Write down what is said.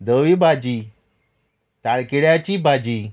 धवी भाजी तायखिळ्याची भाजी